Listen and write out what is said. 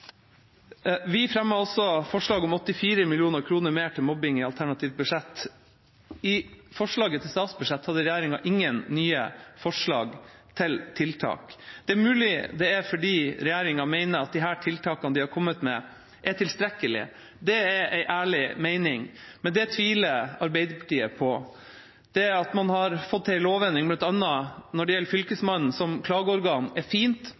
Vi fremmet også forslag om 84 mill. kr mer til mobbetiltak i alternativt budsjett. I forslaget til statsbudsjett hadde regjeringa ingen nye forslag til tiltak. Det er mulig det er fordi regjeringa mener at de tiltakene de har kommet med, er tilstrekkelige. Det er en ærlig mening. Men det tviler Arbeiderpartiet på. Det at man har fått til en lovendring bl.a. når det gjelder Fylkesmannen som klageorgan, er fint,